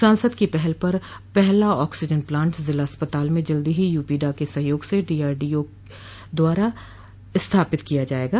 सांसद की पहल पर पहला ऑक्सीजन प्लांट जिला अस्पताल में जल्द ही यूपीडा के सहयोग से डीआरडीओ द्वारा स्थापित किया जायेगा